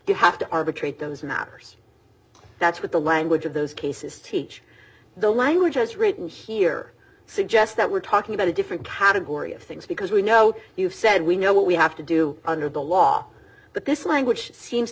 you have to arbitrate those matters that's what the language of those cases teach the language as written here suggests that we're talking about a different category of things because we know you've said we know what we have to do under the law but this language seems